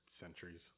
centuries